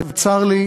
וצר לי,